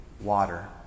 water